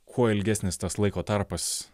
kuo ilgesnis tas laiko tarpas